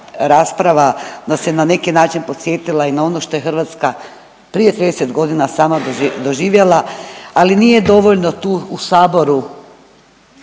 nas je na neki način podsjetila i na ono što je Hrvatska prije 30 godina sama doživjela, ali nije dovoljno tu u Saboru